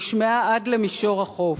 נשמעה עד למישור החוף.